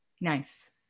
Nice